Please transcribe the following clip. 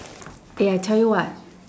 eh I tell you what